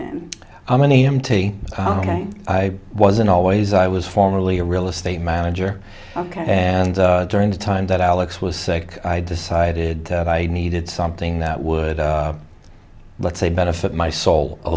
k i'm an e m t ok i wasn't always i was formerly a real estate manager ok and during the time that alex was sick i decided that i needed something that would let's say benefit my soul a